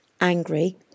angry